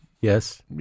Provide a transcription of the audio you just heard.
Yes